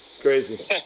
crazy